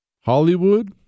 Hollywood